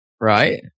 Right